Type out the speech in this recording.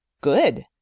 good